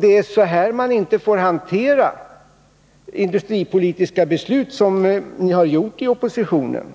ligger. Man får inte hantera industripolitiska beslut på det sätt som ni har gjort inom oppositionen.